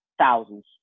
Thousands